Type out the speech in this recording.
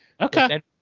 Okay